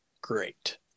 great